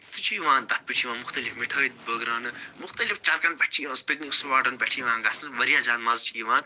سُہ چھِ یِوان تَتھ پٮ۪ٹھ چھِ یِوان مُختلِف مِٹھٲے بٲگراونہٕ مُختلِف چَکرَن پٮ۪ٹھ چھِ پِکنِک سُپاٹَن پٮ۪ٹھ چھِ یِوان گژھنہٕ واریاہ زیادٕ مَزٕ چھُ یِوان